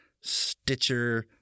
Stitcher